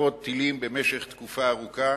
התקפות טילים במשך תקופה ארוכה,